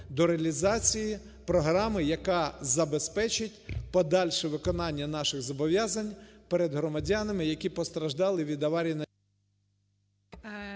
до реалізації програми, яка забезпечить подальше виконання наших зобов'язань перед громадянами, які постраждали від аварії на …